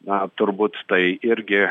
na turbūt tai irgi